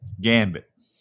Gambit